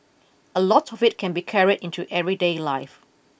a lot of it can be carried into everyday life